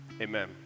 amen